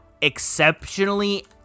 exceptionally